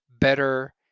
better